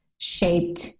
shaped